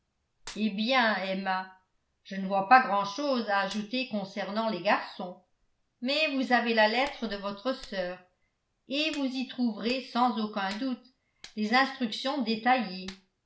eh bien emma je ne vois pas grand'chose à ajouter concernant les garçons mais vous avez la lettre de votre sœur et vous y trouverez sans aucun doute des instructions détaillées